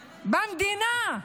במדינה.